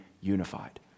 unified